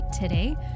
today